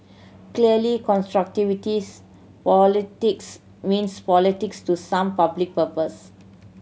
clearly politics means politics to some public purpose